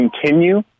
continue